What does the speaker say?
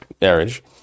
marriage